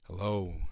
Hello